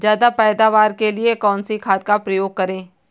ज्यादा पैदावार के लिए कौन सी खाद का प्रयोग करें?